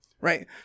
Right